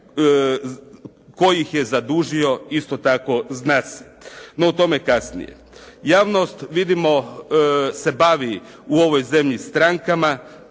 Tko ih je zadužio, isto tako zna se. No, o tome kasnije. Javnost, vidimo se bavi u ovoj zemlji strankama,